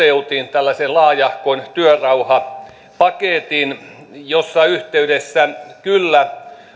tällaisen laajahkon työrauhapaketin jonka yhteydessä kyllä